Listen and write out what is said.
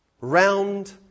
round